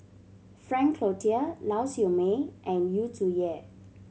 Frank Cloutier Lau Siew Mei and Yu Zhuye